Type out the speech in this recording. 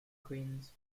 queens